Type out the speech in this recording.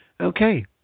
okay